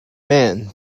man